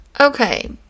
Okay